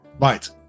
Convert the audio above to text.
Right